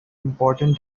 important